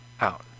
out